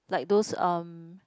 like those um